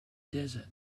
desert